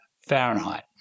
Fahrenheit